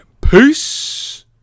Peace